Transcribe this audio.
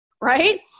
right